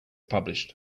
published